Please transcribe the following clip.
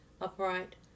upright